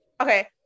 okay